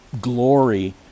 glory